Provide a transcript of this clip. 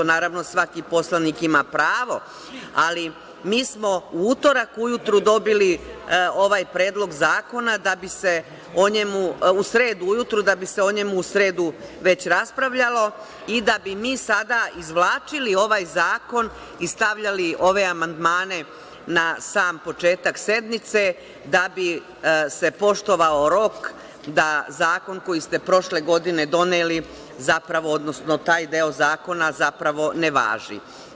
Naravno, svaki poslanik ima pravo, ali mi smo u utorak ujutru dobili ovaj predlog zakona da bi se o njemu u sredu ujutru već raspravljalo i da bi mi sada izvlačili ovaj zakon i stavljali ove amandmane na sam početak sednice da bi se poštovao rok da zakon koji ste prošle godine doneli, odnosno taj deo zakona zapravo ne važi.